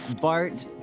bart